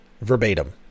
verbatim